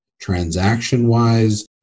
transaction-wise